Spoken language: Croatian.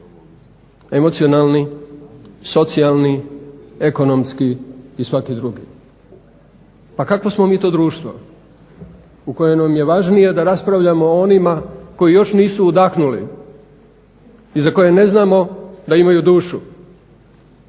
emocionalni, socijalni, ekonomski i svaki drugi. Pa kakvo smo mi to društvo u kojem nam je važnije da raspravljamo o onima koji još nisu udahnuli i za koje ne znamo da imaju dušu?